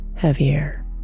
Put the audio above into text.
heavier